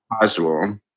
casual